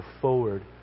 forward